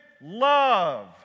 love